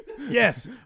Yes